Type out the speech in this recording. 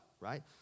right